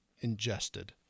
ingested